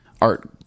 art